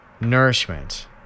nourishment